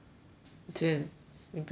你不喜欢这样